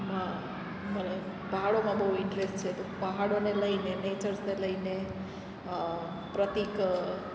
માં મને પહાડોમાં બહુ ઇન્ટરેસ્ટ છે તો પહાડોને લઈને નેચર્સને લઈને પ્રતિક